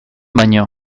baino